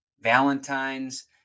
Valentine's